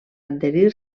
adherir